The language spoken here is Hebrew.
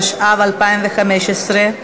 התשע"ו 2015,